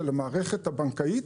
למערכת הבנקאים,